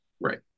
Right